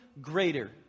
greater